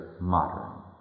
modern